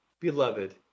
Beloved